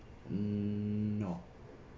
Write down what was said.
mm not